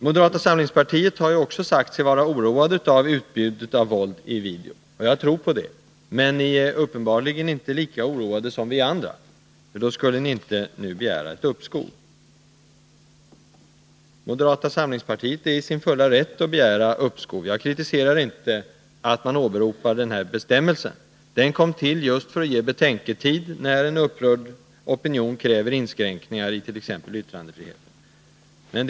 Moderaterna har också sagt sig vara oroade av utbudet av våld i video — och jag tror på det — men uppenbarligen har de inte varit lika oroade som vi andra. Då skulle de inte begära uppskov. De är i sin fulla rätt att begära uppskov, och jag kritiserar inte att de åberopar den här bestämmelsen — som kom till just för att ge betänketid när en upprörd opinion kräver inskränkningar, i t.ex. yttrandefriheten.